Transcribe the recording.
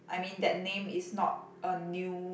I mean that name is not a new